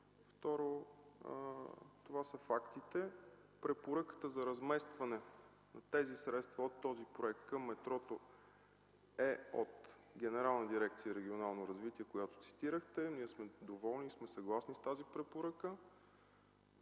Второ, това са фактите. Препоръката за разместване на тези средства от този проект към метрото е от Генерална дирекция „Регионално развитие”, която цитирахте. Ние сме доволни и сме съгласни с тази препоръка.